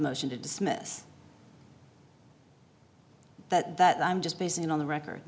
motion to dismiss that that i'm just basing it on the record